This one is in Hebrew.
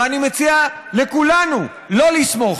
ואני מציע לכולנו לא לסמוך,